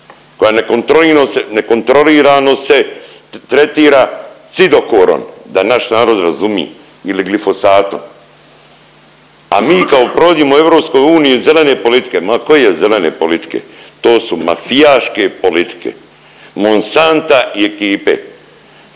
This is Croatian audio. koja nekontrolirano se tretira cidokorom da naš narod razumije ili glifosatom. A mi kao provodimo u EU zelene politike. Ma koje zelene politike? To su mafijaške politike Monsanta i ekipe.